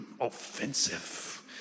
offensive